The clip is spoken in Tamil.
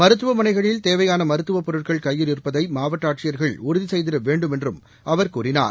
மருத்துவமனைகளில் தேவையான மருத்துவ பொருட்கள் கையில் இருப்பதை மாவட்ட ஆட்சியர்கள் உறுதி செய்திட வேண்டுமென்றும் அவர் கூறினார்